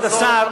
כבוד השר,